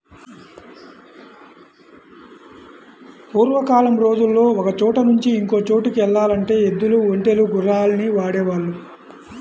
పూర్వకాలం రోజుల్లో ఒకచోట నుంచి ఇంకో చోటుకి యెల్లాలంటే ఎద్దులు, ఒంటెలు, గుర్రాల్ని వాడేవాళ్ళు